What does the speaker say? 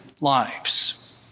lives